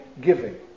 giving